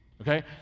Okay